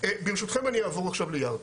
ברשותכם אני אעבור עכשיו לירכא.